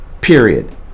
period